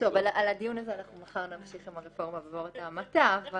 על הדיון הזה מחר נמשיך עם הרפורמה בעבירות ההמתה.